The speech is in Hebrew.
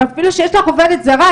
ואפילו שיש לך עובדת זרה,